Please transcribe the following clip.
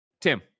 tim